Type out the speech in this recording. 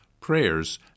prayers